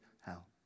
hell